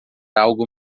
algo